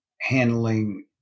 handling